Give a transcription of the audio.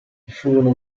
furono